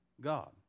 God